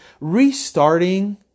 restarting